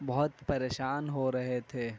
بہت پریشان ہو رہے تھے